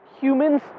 Humans